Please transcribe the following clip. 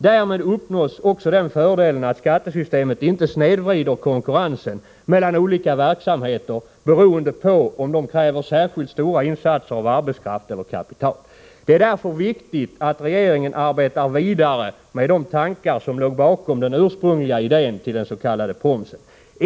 Därmed uppnås också den fördelen att skattesystemet inte snedvrider konkurrensen mellan olika verksamheter beroende på om de kräver särskilt stora insatser av arbetskraft eller kapital. Det är därför viktigt att regeringen arbetar vidare med de tankar som låg bakom den ursprungliga idén till den s.k. promsen.